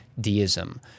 deism